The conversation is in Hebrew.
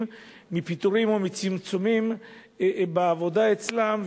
מפיטורים או מצמצומים בעבודה אצלם,